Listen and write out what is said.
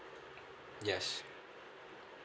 yes